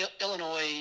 Illinois